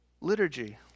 Liturgy